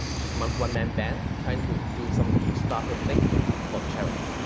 just one-man band, trying to do some kickstarter thing for charity.